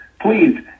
please